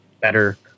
better